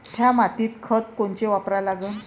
थ्या मातीत खतं कोनचे वापरा लागन?